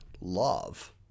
love